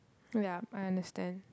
ya I understand